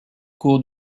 cours